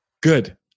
Good